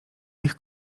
ich